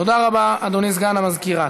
תודה רבה, אדוני סגן המזכירה.